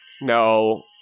no